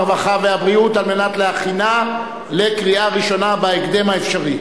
הרווחה והבריאות על מנת להכינה לקריאה ראשונה בהקדם האפשרי.